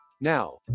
Now